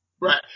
Right